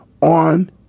on